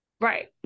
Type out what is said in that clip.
Right